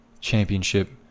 Championship